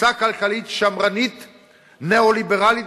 בתפיסה כלכלית שמרנית ניאו-ליברלית,